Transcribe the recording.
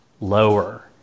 lower